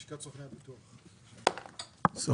לשכת סוכני הביטוח, בבקשה.